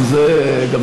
גם זה משהו.